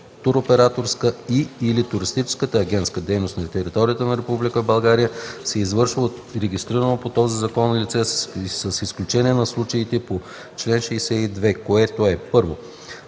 Туроператорска и/или туристическа агентска дейност на територията на Република България се извършва от регистрирано по този закон лице, с изключение на случаите по чл. 62, което: 1.